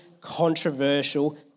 controversial